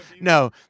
no